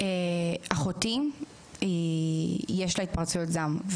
לאחותי יש התפרצויות זעם.